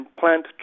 plant